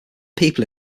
people